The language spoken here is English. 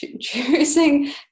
choosing